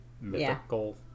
mythical